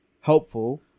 helpful